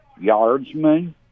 Yardsman